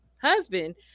husband